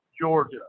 Georgia